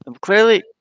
Clearly